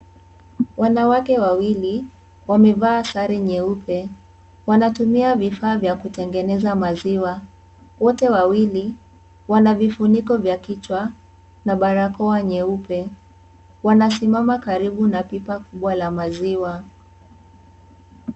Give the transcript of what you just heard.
Wanawake wawili wamevaa sare nyeupe. Wanatumia vifaa vya kutengeneza maziwa. Wote wawili Wana vifuniko vya kichwa na barakoa nyeupe. Wanasimama karibu na pipa kubwa la maziwa.